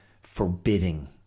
forbidding